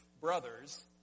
brothers